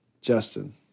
Justin